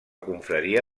confraria